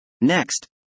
Next